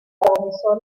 protagonizó